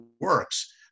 works